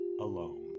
alone